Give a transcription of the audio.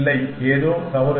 இல்லை ஏதோ தவறு